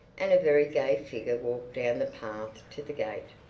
and a very gay figure walked down the path to the gate.